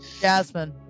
Jasmine